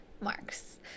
Marks